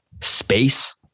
Space